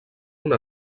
una